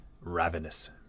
Ravenous